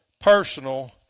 personal